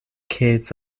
kids